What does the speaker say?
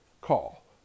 Call